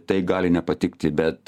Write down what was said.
tai gali nepatikti bet